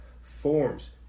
forms